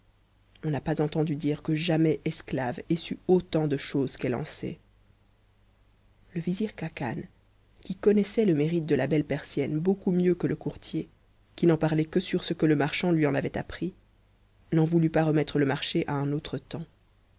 on n'a pas entendu dire que jamais esclave ait su autant de choses qu'elle en sait le vizir khacan qui connaissait le mérite de la belle persienne beau coup mieux que le courtier qui n'en parlait que sur ce que le marchand en avait appris n'en voulut pas remettre le marché à un autre temps